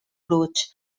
bruts